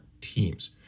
teams